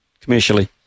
Commercially